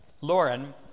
Lauren